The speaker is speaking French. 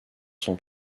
son